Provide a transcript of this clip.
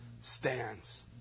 stands